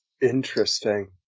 Interesting